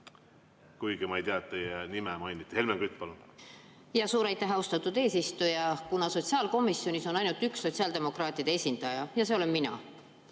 Kuigi ma ei tea, et teie nime mainiti. Helmen Kütt, palun! Suur aitäh, austatud eesistuja! Kuna sotsiaalkomisjonis on ainult üks sotsiaaldemokraatide esindaja ja see olen mina,